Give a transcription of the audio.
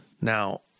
Now